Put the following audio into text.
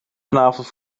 vanavond